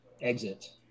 exit